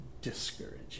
discouraging